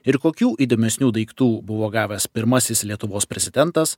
ir kokių įdomesnių daiktų buvo gavęs pirmasis lietuvos prezidentas